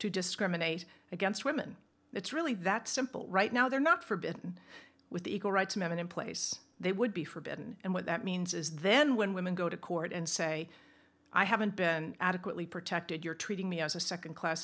to discriminate against women it's really that simple right now they're not for been with the equal rights men in place they would be forbidden and what that means is then when women go to court and say i haven't been adequately protected you're treating me as a second class